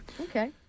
Okay